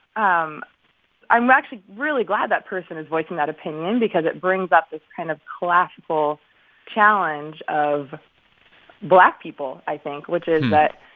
um i'm actually really glad that person is voicing that opinion because it brings up this kind of classical challenge of black people, i think, which is that,